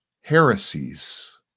heresies